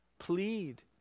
plead